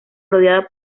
rodeada